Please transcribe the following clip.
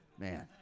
man